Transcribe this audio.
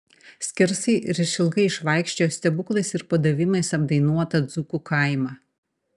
skersai ir išilgai išvaikščiojo stebuklais ir padavimais apdainuotą dzūkų kaimą